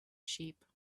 sheep